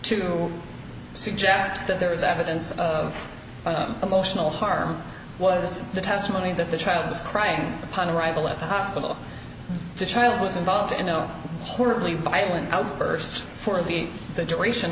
to suggest that there was evidence of emotional harm was the testimony that the child was crying upon arrival at the hospital the child was involved in no horribly violent outburst for the duration